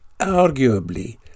arguably